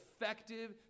effective